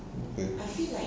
okay